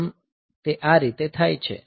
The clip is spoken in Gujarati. આમ તે આ રીતે થાય છે